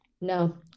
No